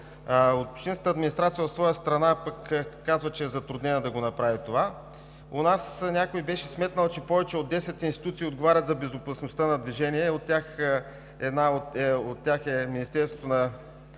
Общинската администрация от своя страна казва, че е затруднена да направи това. У нас някой беше сметнал, че повече от 10 институции отговарят за безопасността на движението и една от тях е Министерството на